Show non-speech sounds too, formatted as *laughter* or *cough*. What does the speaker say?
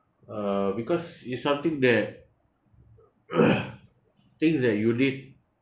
uh because it's something that *noise* things that you need